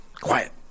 quiet